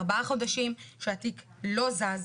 ארבעה חודשים שהתיק לא זז,